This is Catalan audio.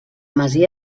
masia